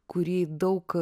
kurį daug